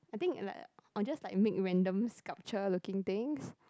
I think it like or just like make randoms sculptures looking things